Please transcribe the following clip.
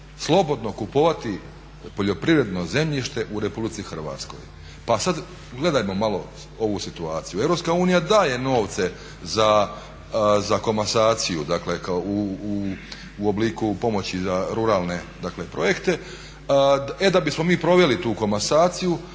slobodno kupovati poljoprivredno zemljište u Republici Hrvatskoj. Pa sada gledajmo malo ovu situaciju. Europska unija daje novce za komasaciju, dakle u obliku pomoći za ruralne dakle projekte. E da bismo mi proveli tu komasaciju